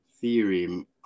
theorem